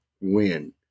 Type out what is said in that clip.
win